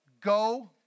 go